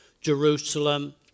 Jerusalem